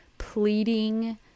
pleading